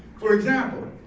for example,